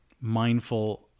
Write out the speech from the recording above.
mindful